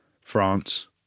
France